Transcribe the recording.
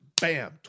bam